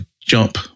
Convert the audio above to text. jump